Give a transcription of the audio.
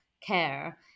care